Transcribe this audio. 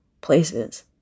places